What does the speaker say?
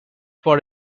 for